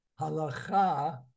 Halacha